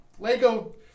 Lego